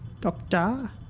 Doctor